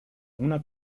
una